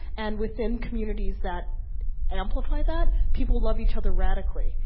and within communities that amplify that, people love each other radically.